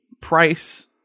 price